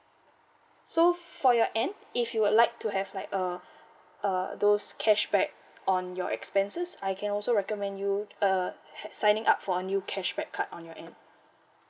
so for your end if you would like to have like uh uh those cashback on your expenses I can also recommend you uh ha~ signing up for a new cashback card on your end